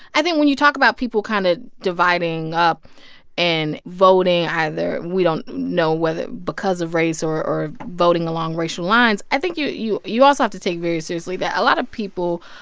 i think when you talk about people kind of dividing up and voting either we don't know whether because of race or voting along racial lines i think you you also have to take very seriously that a lot of people,